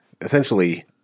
essentially—